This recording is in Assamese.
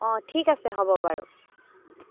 অ' ঠিক আছে হ'ব বাৰু